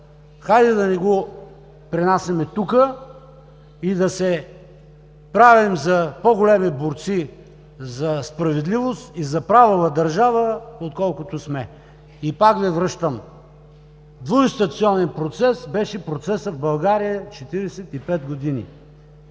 Хайде да не го пренасяме тук и да се правим на по-големи борци за справедливост и за правова държава, отколкото сме. И пак Ви връщам – двуинстанционен процес беше процесът в България 45 години.